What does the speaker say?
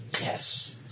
Yes